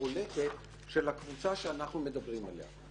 בולטת של הקבוצה שאנחנו מדברים עליה.